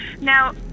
Now